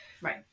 Right